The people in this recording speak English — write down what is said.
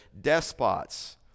despots